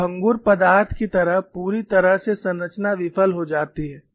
एक भंगुर पदार्थ की तरह पूरी तरह से संरचना विफल हो जाती है